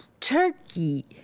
turkey